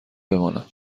بمانم